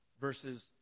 versus